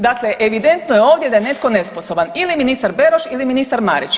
Dakle, evidentno je ovdje da je netko nesposoban ili ministar Beroš ili ministar Marić.